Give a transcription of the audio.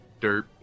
Dirt